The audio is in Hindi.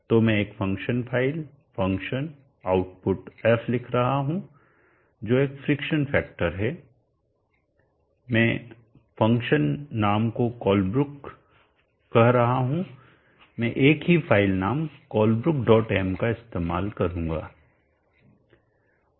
तो मैं एक function file function output f लिख रहा हूं जो एक फ्रिक्शन फैक्टर है मैं फंक्शन नाम को कोलब्रुक कह रहा हूं मैं एक ही फाइल नाम Colebrookm का इस्तेमाल करूंगा